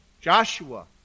Joshua